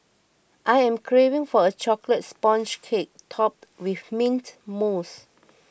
I am craving for a Chocolate Sponge Cake Topped with Mint Mousse